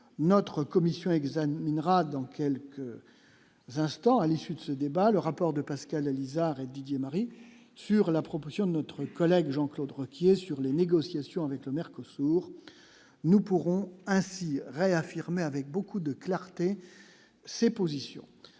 notre commission examinera dans quelques instants à l'issue de ce débat, le rapport de Pascal Alizart et Didier Marie, sur la proposition de notre collègue Jean-Claude Requier sur les négociations avec le Mercosur, nous pourrons ainsi réaffirmer avec beaucoup de clarté ses positions,